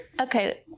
okay